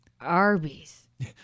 Arby's